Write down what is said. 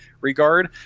regard